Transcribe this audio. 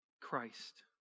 Christ